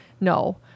No